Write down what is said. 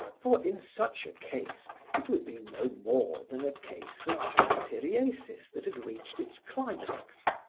for in such a case it would be no more than a case of satyriasis that had reached its climax.